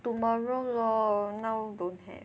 tomorrow lor now don't have